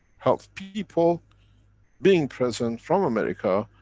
health people being present from america,